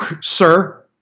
sir